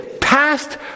past